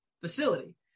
facility